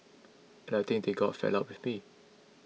and I think they got fed up with me